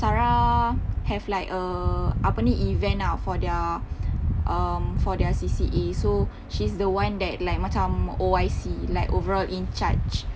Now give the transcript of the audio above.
sarah have like err apa ni event ah for their um for their C_C_A so she's the one that like macam O_I_C like overall in charge